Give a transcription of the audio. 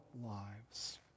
lives